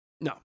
No